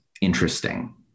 interesting